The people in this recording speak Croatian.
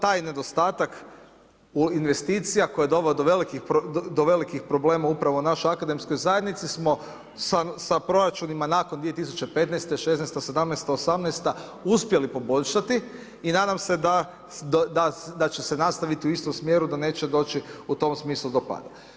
Taj nedostatak investicija koji je doveo do velikih problema, upravo u našoj Akademskoj zajednici smo sa proračunima nakon 2015.-te, 2016.-ta, 2017.-ta, 2018.-ta uspjeli poboljšati i nadam se da će se nastaviti u istom smjeru, da neće doći u tome smislu do pada.